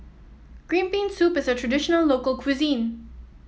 Green Bean Soup is a traditional local cuisine